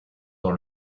dans